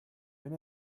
wenn